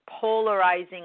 polarizing